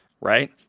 Right